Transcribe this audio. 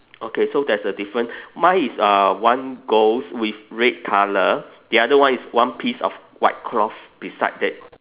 okay so there's a different mine is uh one ghost with red colour the other one is one piece of white cloth beside it